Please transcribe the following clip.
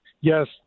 yes